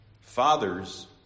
Fathers